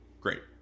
Great